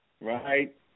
right